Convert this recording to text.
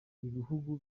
ibihugu